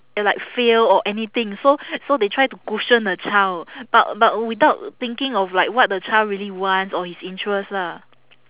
like fail or anything so so they try to cushion the child but but without thinking of like what the child really wants or his interest lah